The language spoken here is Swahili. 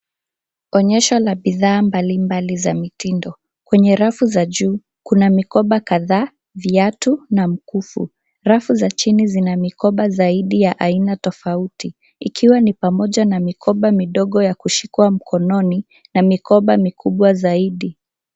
Onyesho la bidhaa mbali mbali za mitindo. Kwenye rafu za juu kuna: mikoba kadhaa, viatu na mkufu. Rafu za chini zina mikoba zaidi ya aina tofauti ikiwa ni pamoja na mikoba midogo ya kushikwa mkononi na mikoba mikubwa zaidi.